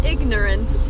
Ignorant